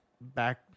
back